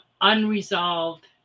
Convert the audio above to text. unresolved